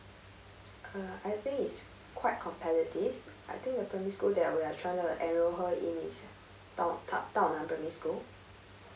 uh I think it's quite competitive I think the primary school that we are trying to enroll her in is tao tao nan primary school